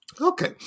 okay